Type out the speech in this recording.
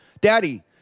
Daddy